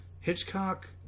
Hitchcock